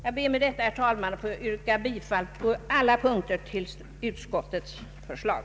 Jag ber att med detta få yrka bifall på alla punkter till utskottets förslag.